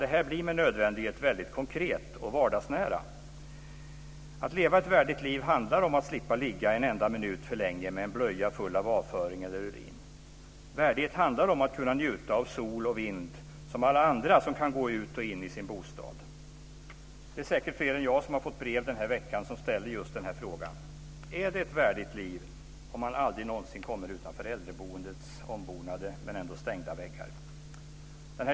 Det här blir med nödvändighet väldigt konkret och vardagsnära. Att leva ett värdigt liv handlar om att slippa ligga en enda minut för länge med en blöja full av avföring eller urin. Värdighet handlar om att kunna njuta av sol och vind som alla andra som kan gå ut och in i sin bostad. Det är säkert fler än jag som har fått brev den här veckan som ställer just den frågan: Är det ett värdigt liv om man aldrig någonsin kommer utanför äldreboendets ombonade men ändå stängda väggar?